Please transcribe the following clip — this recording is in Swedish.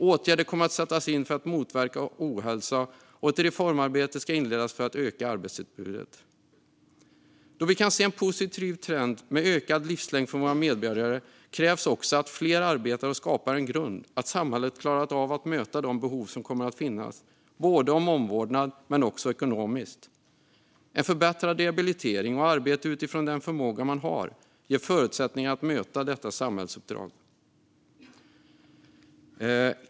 Åtgärder kommer att sättas in för att motverka ohälsa, och ett reformarbete ska inledas för att öka arbetsutbudet. Då vi kan se en positiv trend med ökad livslängd för våra medborgare krävs också att fler arbetar och skapar en grund så att samhället klarar av att möta de behov som finns i omvårdnad men också ekonomiskt. En förbättrad rehabilitering och arbete utifrån den förmåga man har ger förutsättningarna för att möta detta samhällsuppdrag.